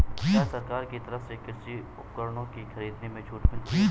क्या सरकार की तरफ से कृषि उपकरणों के खरीदने में छूट मिलती है?